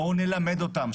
בואו נלמד אותם,